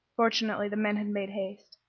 fortunately the men had made haste.